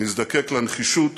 נזדקק לנחישות